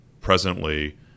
presently